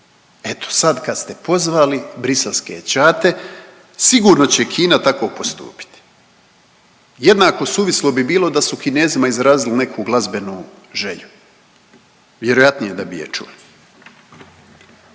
Eto sad kad ste pozvali briselske ćate sigurno će Kina tako postupiti. Jednako suvislo bi bilo da su Kinezima izrazili neku glazbenu želju, vjerojatnije da bi je čuli.